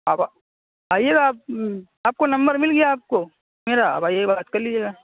آپ آئیے گا آپ آپ کو نمبر مل گیا آپ کو میرا آپ آئیے گا بات کر لیجیے گا